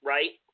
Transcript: Right